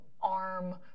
arm